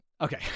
okay